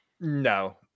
No